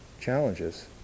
challenges